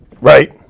right